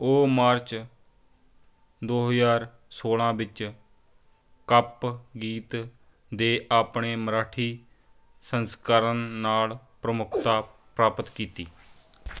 ਉਹ ਮਾਰਚ ਦੋ ਹਜ਼ਾਰ ਸੌਲ੍ਹਾਂ ਵਿੱਚ ਕੱਪ ਗੀਤ ਦੇ ਆਪਣੇ ਮਰਾਠੀ ਸੰਸਕਰਣ ਨਾਲ ਪ੍ਰਮੁੱਖਤਾ ਪ੍ਰਾਪਤ ਕੀਤੀ